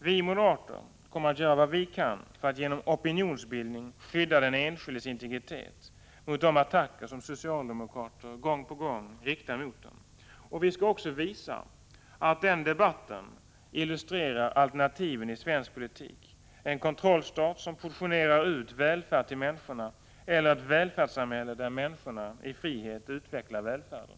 Vi moderater kommer att göra vad vi kan för att genom opinionsbildning skydda den enskildes integritet mot de attacker som socialdemokraterna gång på gång riktar mot den. Vi skall också visa att den debatten illustrerar alternativen i svensk politik — en kontrollstat som portionerar ut välfärd till människorna eller ett välfärdssamhälle där människorna i frihet utvecklar välfärden.